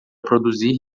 produzir